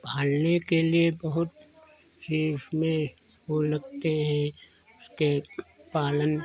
पालने के लिए बहुत चीज़ उसमें वह लगते हैं उसके पालन